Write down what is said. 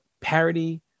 parody